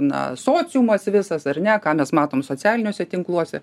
na sociumas visas ar ne ką mes matom socialiniuose tinkluose